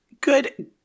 Good